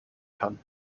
kann